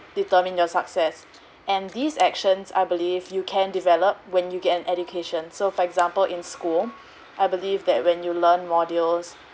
determine your success and these actions I believe you can develop when you get an education so for example in school I believe that when you learn modules